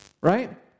Right